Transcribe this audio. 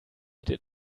did